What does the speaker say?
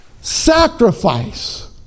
sacrifice